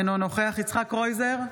אינו נוכח יצחק קרויזר,